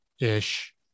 ish